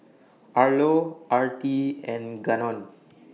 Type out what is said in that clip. Arlo Artie and Gannon